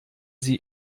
sie